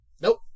nope